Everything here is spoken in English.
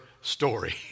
story